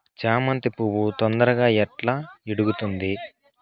చామంతి పువ్వు తొందరగా ఎట్లా ఇడుగుతుంది?